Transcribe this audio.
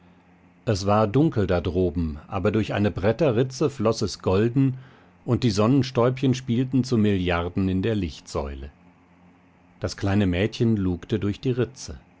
es war dunkel da droben aber durch eine bretterritze floß es golden und die sonnenstäubchen spielten zu milliarden in der lichtsäule das kleine mädchen lugte durch die ritze